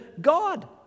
God